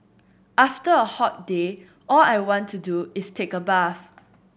after a hot day all I want to do is take a bath